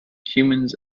humans